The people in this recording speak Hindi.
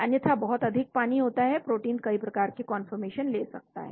अन्यथा बहुत अधिक पानी होता है प्रोटीन कई प्रकार के कन्फॉरर्मेशन ले सकता है